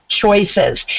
choices